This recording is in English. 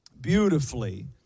beautifully